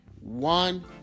one